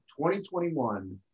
2021